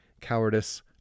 cowardice